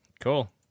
Cool